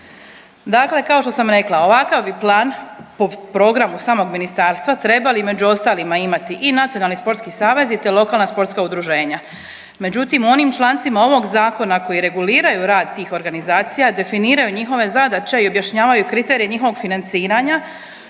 Dakle, kao što sam rekla ovakav bi plan po programu samog ministarstva trebali među ostalima imati i Nacionalni sportski savez i te lokalna sportska udruženja, međutim u onim člancima ovog zakona koji reguliraju rad tih organizacija, definiraju njihove zadaće i objašnjavanju kriterije njihovog financiranja